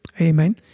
Amen